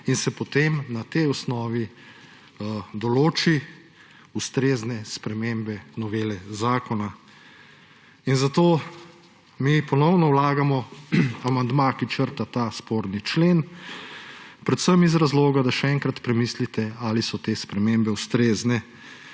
in se potem na tej osnovi določi ustrezne spremembe novele zakona. Zato mi ponovno vlagamo amandma, ki črta ta sporni člen, predvsem iz razloga, da še enkrat premislite, ali so te spremembe ustrezne.